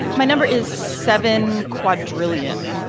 my number is seven quadrillion.